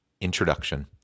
Introduction